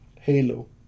Halo